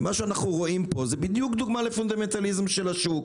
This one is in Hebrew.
מה שאנחנו רואים פה זאת בדיוק דוגמה לפונדמנטליזם של השוק